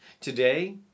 Today